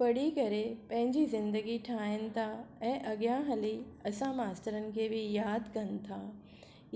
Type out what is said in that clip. पढ़ी करे पंहिंजी ज़िंदगी ठाहिनि था ऐं अॻियां हली असां मास्तरीनि खे बि यादि कनि था